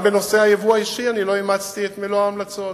גם בנושא הייבוא האישי אני לא אימצתי את מלוא ההמלצות.